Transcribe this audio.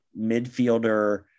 midfielder